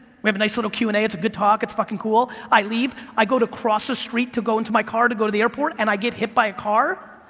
we have a nice little q and a, it's a good talk, it's fucking cool, i leave, i go to cross a street to go into my car, to go to the airport, and i get hit by a car,